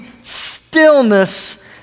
stillness